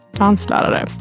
danslärare